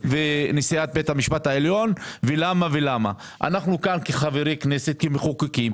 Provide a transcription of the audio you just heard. אני מאלה שתמיד עוסקים